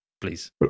please